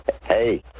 Hey